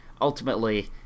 ultimately